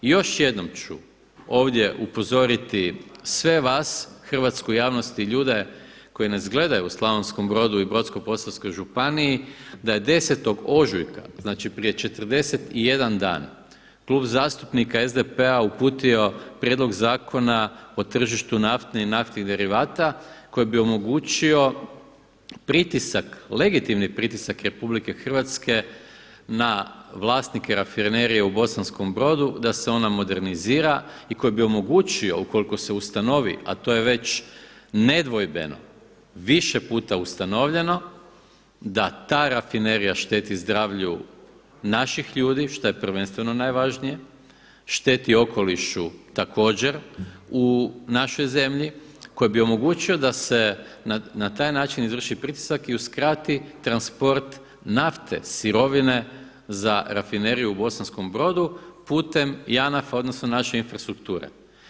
I još jednom ću ovdje upozoriti sve vas, Hrvatsku javnost i ljude koji nas gledaju u Slavonskom Brodu i Brodsko-posavskoj županiji da je 10. ožujka znači prije 41 dan Klub zastupnika SDP-a uputio prijedlog Zakona o tržištu nafte i naftnih derivata koji bi omogućio pritisak, legitimni pritisak RH na vlasnike Rafinerije u Bosanskom brodu da se ona modernizira i koji bi omogućio ukoliko se ustanovi a to je već nedvojbeno, više puta ustanovljeno da ta rafinerija šteti zdravlju naših ljudi šta je prvenstveno najvažnije, šteti okolišu također u našoj zemlji koji bi omogućio da se na taj način izvrši pritisak i uskrati transport nafte, sirovine za Rafineriju u Bosanskom Brodu putem JANAF-a odnosno naše infrastrukture.